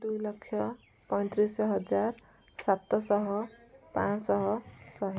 ଦୁଇଲକ୍ଷ ପଇଁତିରିଶ ହଜାର ସାତଶହ ପାଞ୍ଚଶହ ଶହେ